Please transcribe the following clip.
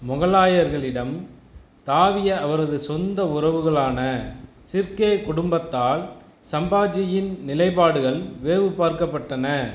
மொகலாயர்களிடம் தாவிய அவரது சொந்த உறவுகளான ஷிர்கே குடும்பத்தால் சம்பாஜியின் நிலைப்பாடுகள் வேவு பார்க்கப்பட்டன